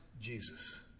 Jesus